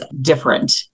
different